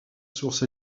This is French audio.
source